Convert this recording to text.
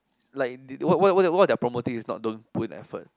like they what what what what they are promoting is not don't put in effort